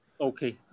Okay